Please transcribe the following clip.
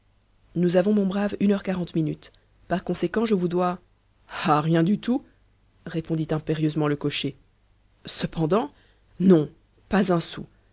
nous avons mon brave une heure quarante minutes par conséquent je vous dois ah rien du tout répondit impérieusement le cocher cependant non pas un sou